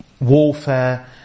warfare